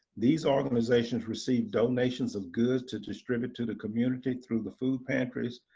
these organizations receive donations of goods to distribute to the community through the food pantries.